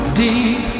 deep